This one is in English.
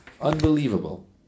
Unbelievable